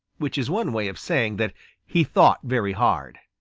which is one way of saying that he thought very hard.